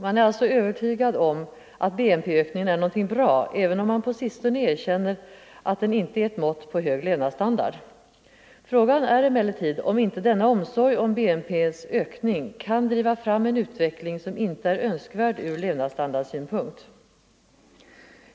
Man är alltså övertygad om att BNP-ökning är något bra, även om man på sistone erkänner att den inte är ett mått på hög levnadsstandard. Frågan är emellertid om inte denna omsorg om BNP-ökning kan driva fram en utveckling som inte är önskvärd ur levnadsstandardsynpunkt.